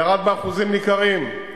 ירד באחוזים ניכרים.